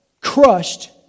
crushed